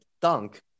dunk